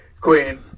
queen